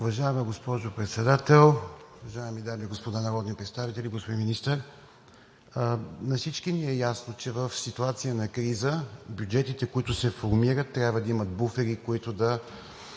Уважаема госпожо Председател, уважаеми дами и господа народни представители! Господин Министър, на всички ни е ясно, че в ситуация на криза бюджетите, които се формират, трябва да имат буфери, които да